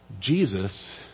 Jesus